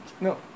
no